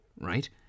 right